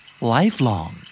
Lifelong